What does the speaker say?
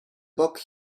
book